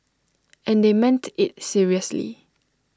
and they meant IT seriously